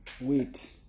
Wait